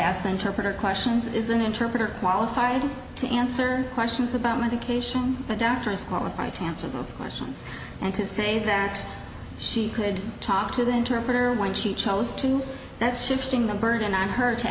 the interpreter questions is an interpreter qualified to answer questions about medication but doctors qualified to answer those questions and to say that she could talk to the interpreter when she chose to that's shifting the burden on her to